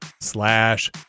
slash